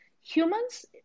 humans